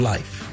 Life